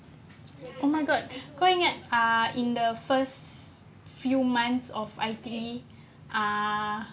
oh my god going at ah in the first few months of I_T_E ah